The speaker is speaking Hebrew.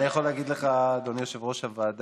אני יכול להגיד לך, אדוני יושב-ראש הוועדה,